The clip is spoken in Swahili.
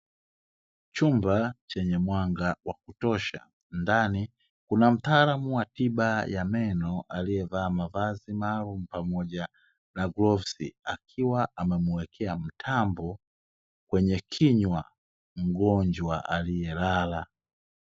Chumba chenye mwanga wa kutosha, ndani kuna mtaalamu wa tiba ya meno aliyevaa mavazi maalumu pamoja na glavu, akiwa amemuwekea mtambo kwenye kinywa mgonjwa aliyelala.